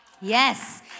Yes